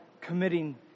committing